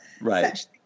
right